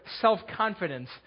self-confidence